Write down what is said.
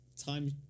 time